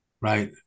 Right